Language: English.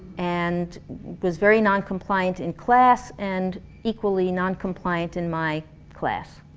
and was very non-compliant in class and equally non-compliant in my class.